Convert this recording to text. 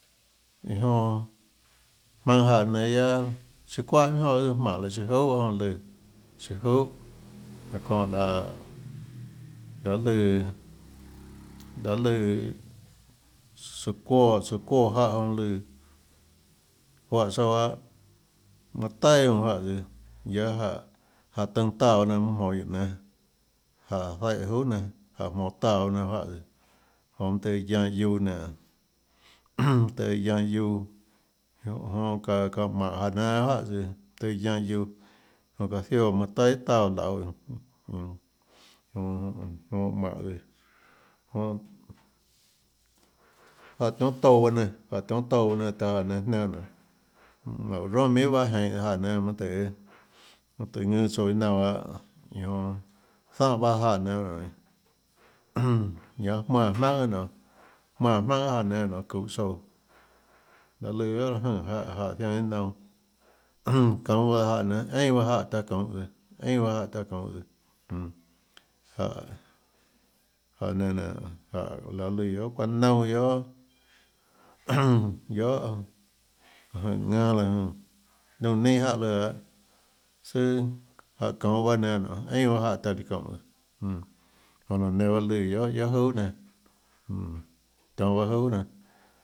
Iã jonã jmaønã jáhã nénâ guiaâ siâ çuáhà minhà jonã guiohà tsøã jmáhå siâ juhà bahâ jonã lùã siâ juhà laã çóhã laê lùã søã çuóã jáhã søã çuóãjáhã jonã lùãjuáhã tsouã lahâ manã taià juáhã tsøã guiaâ jáhã jáhã tønã táã bahâ nénâ mønâ jmonå guióå nénâ jáhã zaíhã juhà nénâ jáhã jmonå táã baâ nénâ juáhã tsøã jonã mønâ tøhê guianã guiuã nénå mønâ tøhê guianã guiuã jonã çaã çaã jmánhå jáhã nénâ guiohà juáhã tsøã tøhê guianã guiuã jonã çaã zióã manã taià guiohà táã jonã lauê nonê jonã jmánhå tsøã jonã jáhã tionhâ touã baâ nénâ jáhã tionhâ touã baâ nénâ taã jáhã nénã jniánã jmánhå çounã ronà minhà jeinhå jáhã nénâ mønâ tøhê mønâ tøhê ðùnâ tsouã iâ naunã bahâ ñanã jonã záhã bahâ jáhã nénâ nonê ñanã jmánã jmaùnhà guiohà nonê jmánã jmaùnhà guiohàjáhã nénâ nonê çuhå tsouã laê lùã guiohà láhå jønè jáhã jáhãzianã iâ naunã çounhå tsøã jáhã nénâ einà jáhã taã çounhå tsøã einà jáhã taã çounhå tsøã jmm jáhã jáhã nénã nénå laê lùã guiohà çuaâ naunà guiohà guiohà láhå jønè ðanâ láhå jønè liónã nenâ jáhã lùã bahâ søâ jáhã çounhå baâ nénâ nonê einà baâ jáhã taã líã çoúnhå jmm jonã laã nenã bahâ lùã guiohà juhà nénâ jmm tionhâ juhà.